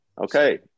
okay